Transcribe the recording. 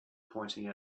pointing